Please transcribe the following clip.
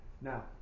Now